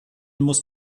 muss